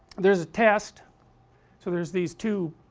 there is a test so there is these two